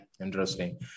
interesting